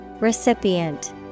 Recipient